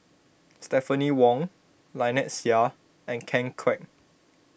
Stephanie Wong Lynnette Seah and Ken Kwek